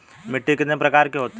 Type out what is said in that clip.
मिट्टी कितने प्रकार की होती हैं?